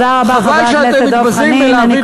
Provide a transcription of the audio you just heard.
תודה רבה, חבר הכנסת דב חנין.